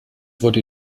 wurde